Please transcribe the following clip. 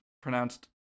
pronounced